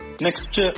Next